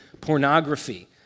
Pornography